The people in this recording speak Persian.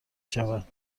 شود